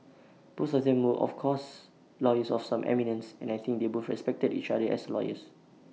both of them were of course lawyers of some eminence and I think they both respected each other as lawyers